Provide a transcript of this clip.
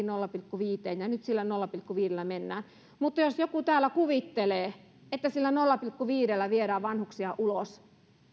nolla pilkku viiteen ja nyt sillä nolla pilkku viidellä mennään mutta jos joku täällä kuvittelee että sillä nolla pilkku viidellä viedään vanhuksia ulos